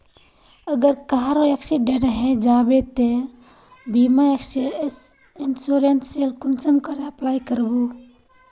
अगर कहारो एक्सीडेंट है जाहा बे तो बीमा इंश्योरेंस सेल कुंसम करे अप्लाई कर बो?